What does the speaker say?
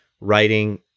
writing